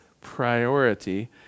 priority